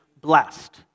blessed